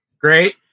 Great